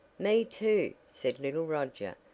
me too, said little roger,